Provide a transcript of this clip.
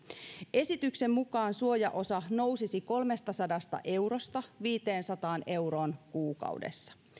esityksen mukaan suojaosa nousisi kolmestasadasta eurosta viiteensataan euroon kuukaudessa